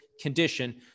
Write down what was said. condition